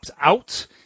out